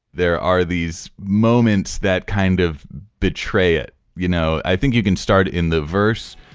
there are these moments that kind of betray it you know, i think you can start in the verse